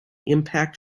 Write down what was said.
impact